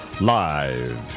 Live